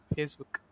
Facebook